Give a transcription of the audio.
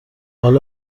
حالا